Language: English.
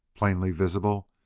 plainly visible,